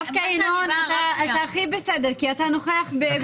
דווקא ינון הכי בסדר כי הוא נוכח בכל הדיונים.